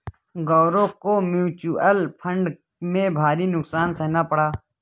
गौरव को mutual fund में भारी नुकसान सहना पड़ा